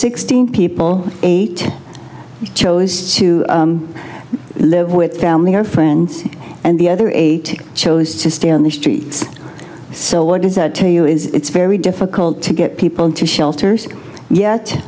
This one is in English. sixteen people eight chose to live with family or friends and the other eight chose to stay on the streets so what does that tell you it's very difficult to get people the shelters yet